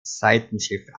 seitenschiff